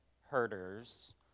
herders